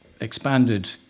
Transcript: expanded